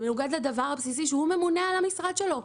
זה מנוגד לדבר הבסיסי שהוא הממונה על המשרד שלו.